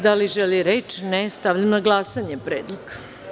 Da li želi reč? (Ne.) Stavljam na glasanje predlog.